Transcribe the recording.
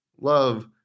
love